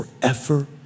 forever